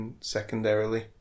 secondarily